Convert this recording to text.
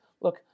look